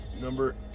Number